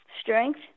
strength